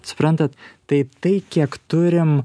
suprantat tai tai kiek turim